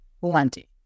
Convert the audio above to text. Plenty